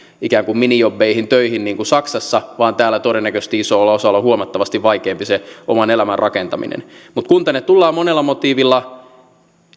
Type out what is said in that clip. ikään kuin minijobeihin töihin niin kuin saksassa vaan täällä todennäköisesti isolla osalla on huomattavasti vaikeampi se oman elämän rakentaminen mutta kun tänne tullaan monella motiivilla